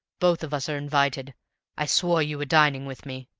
both of us are invited i swore you were dining with me.